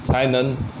才能